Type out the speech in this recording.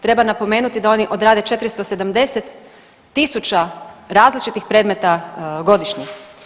Treba napomenuti da oni odrade 470 tisuća različitih predmeta godišnje.